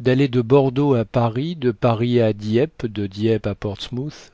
d'aller de bordeaux à paris de paris à dieppe de dieppe à portsmouth